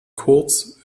kurz